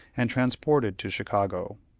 and transported to chicago.